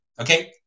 Okay